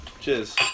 Cheers